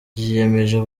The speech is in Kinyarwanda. biyemeje